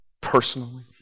personally